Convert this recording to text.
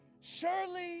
Surely